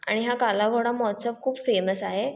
आणि हा कालाघोडा महोत्सव खूप फेमस आहे